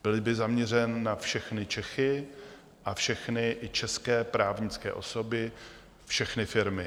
Byl by zaměřen na všechny Čechy a všechny české právnické osoby, všechny firmy.